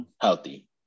healthy